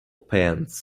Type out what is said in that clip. pants